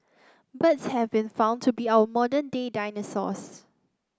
birds have been found to be our modern day dinosaurs